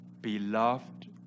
beloved